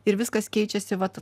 ir viskas keičiasi vat